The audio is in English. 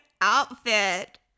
outfit